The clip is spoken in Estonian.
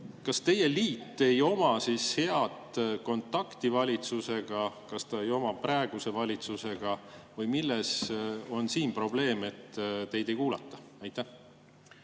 Kas teie liit ei oma siis head kontakti valitsusega, praeguse valitsusega? Või milles on siin probleem, et teid ei kuulata? Ma